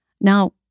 Now